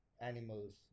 Animals